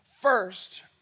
first